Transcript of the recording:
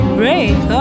break